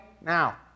now